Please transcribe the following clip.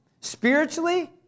spiritually